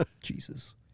Jesus